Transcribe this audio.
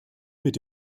mit